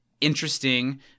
interesting